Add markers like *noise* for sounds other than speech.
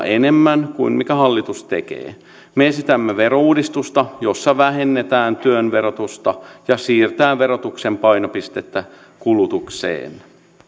*unintelligible* enemmän kuin mitä hallitus tekee me esitämme verouudistusta jossa vähennetään työn verotusta ja siirretään verotuksen painopistettä kulutukseen